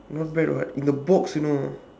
not bad [what] in the box you know